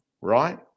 right